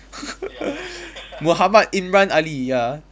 muhammad imran ali ya